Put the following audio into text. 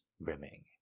brimming